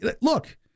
Look